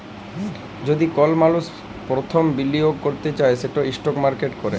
যদি কল মালুস পরথম বিলিয়গ ক্যরতে চায় সেট ইস্টক মার্কেটে ক্যরে